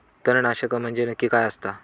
तणनाशक म्हंजे नक्की काय असता?